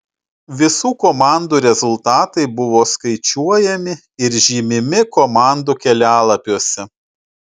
visų komandų rezultatai buvo skaičiuojami ir žymimi komandų kelialapiuose